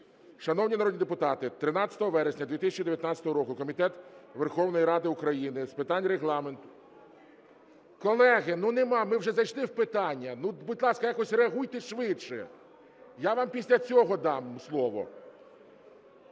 Шановні народні депутати, 13 вересня 2019 року Комітет Верховної Ради України з питань Регламенту… (Шум у залі) Колеги, ну нема... ми вже зайшли в питання. Будь ласка, якось реагуйте швидше! Я вам після цього дам слово.